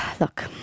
Look